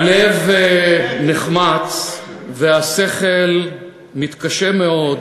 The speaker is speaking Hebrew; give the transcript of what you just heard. הלב נחמץ והשכל מתקשה מאוד,